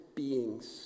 beings